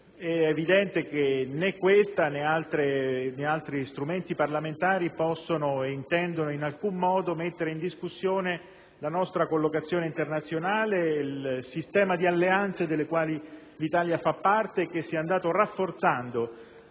È evidente che né questa mozione, né altri strumenti parlamentari possono e intendono in alcun modo mettere in discussione la nostra collocazione internazionale, il sistema di alleanze delle quali l'Italia fa parte, che si è andato rafforzando